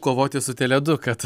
kovoti su tele du kad